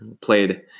played